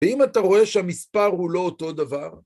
‫ואם אתה רואה שהמספר הוא לא אותו דבר...